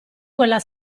quella